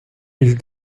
ils